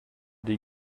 des